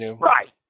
Right